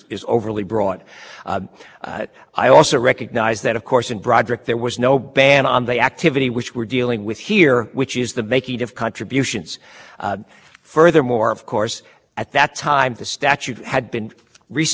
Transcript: recently and that began on a lot of things and yes yes but most of them had to do with activities being conducted by civil servants while they were on the job this activity we're trying to do here is off the job the